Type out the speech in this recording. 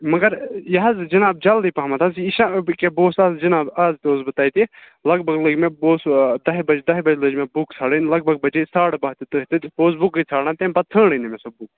مگر یہِ حظ جِناب جلدی پہمتھ حظ یہِ چھِنہٕ یکیٛاہ بہٕ اوسُس آز جناب آز تہِ اوسُس بہٕ تَتہِ لگ بَگ لٔگۍ مےٚ بہٕ اوسُس کَہہِ بَجہ دہہِ بَجہِ لٲج مےٚ بُک ژھانٛرٕنۍ لگ بگ بجے ساڑٕ بہہ تہِ تٔتھۍ سۭتۍ بہٕ اوسُس بُکٕے ژھانٛران تمہِ پَتہٕ ژھانٛرٕے نہ مےٚ سۄ بُک